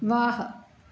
वाह